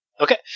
Okay